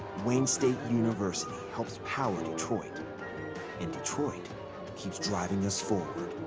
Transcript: wayne state university helps power detroit and detroit keeps driving us forward.